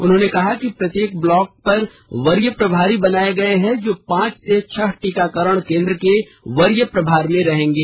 उन्होंने कहा कि प्रत्येक ब्लॉक पर वरीय प्रभारी बनाये गये हैं जो पांच से छह टीकाकरण केंद्र के वरीय प्रभार में रहेंगे